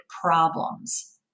problems